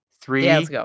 Three